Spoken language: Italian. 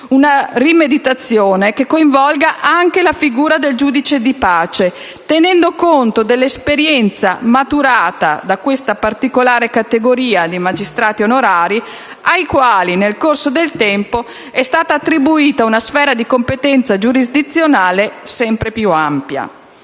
suo complesso, che coinvolga anche la figura del giudice di pace, tenendo conto dell'esperienza maturata da questa particolare categoria di magistrati onorari, ai quali, nel corso del tempo, è stata attribuita una sfera di competenza giurisdizionale sempre più ampia.